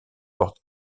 porte